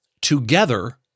Together